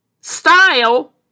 style